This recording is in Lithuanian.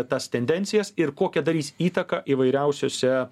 tas tendencijas ir kokią darys įtaką įvairiausiose